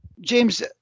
James